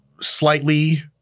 slightly